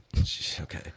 Okay